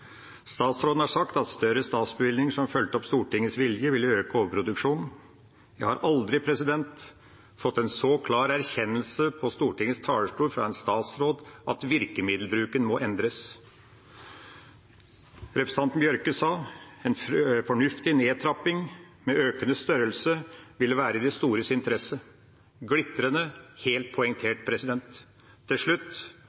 Statsråden har sagt at større statsbevilgninger som fulgte opp Stortingets vilje ville øke overproduksjonen. Jeg har aldri fått en så klar erkjennelse på Stortingets talerstol fra en statsråd om at virkemiddelbruken må endres. Representanten Bjørke sa at en fornuftig nedtrapping med økende størrelse ville være i de stores interesse. Glitrende, helt poengtert.